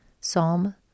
psalm